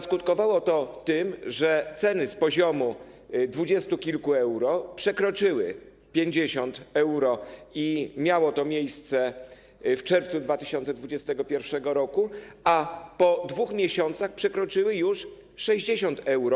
Skutkowało to tym, że ceny z poziomu dwudziestu kilku euro przekroczyły 50 euro, co miało miejsce w czerwcu 2021 r., a po 2 miesiącach przekroczyły już 60 euro.